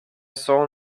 saw